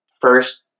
first